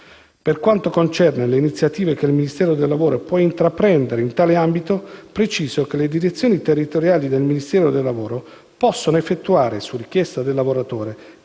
Per quanto concerne le iniziative che il Ministero del lavoro può intraprendere in tale ambito, preciso che le direzioni territoriali del citato Ministero possono effettuare, su richiesta del lavoratore